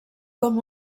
com